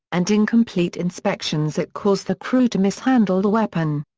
and incomplete inspections that caused the crew to mishandle the weapon.